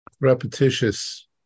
repetitious